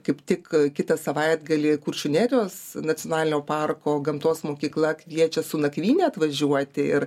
kaip tik kitą savaitgalį kuršių nerijos nacionalinio parko gamtos mokykla kviečia su nakvyne atvažiuoti ir